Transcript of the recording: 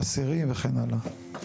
חסרים וכן הלאה.